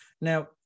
now